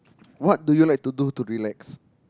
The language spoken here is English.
what do you like to do to relax